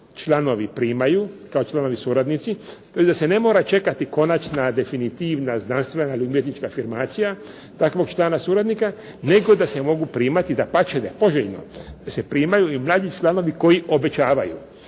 članovi primaju kao članovi suradnici, tj. da se ne mora čekati konačna, definitivna, znanstvena ili umjetnička afirmacija takvog člana suradnika, nego da se mogu primati, dapače da je poželjno da se primaju i mlađi članovi koji obećavaju.